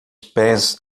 pés